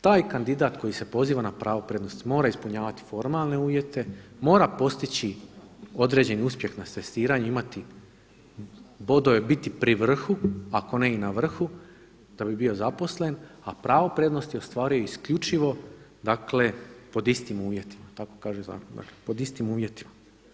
Taj kandidat koji se poziva na pravo prednosti mora ispunjavati formalne uvjete, mora postići određeni uspjeh na testiranju, imati bodove, biti pri vrhu, ako ne i na vrhu da bi bio zaposlen, a pravo prednosti ostvaruje dakle pod istim uvjetima tako kaže zakon, dakle pod istim uvjetima.